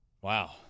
Wow